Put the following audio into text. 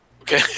okay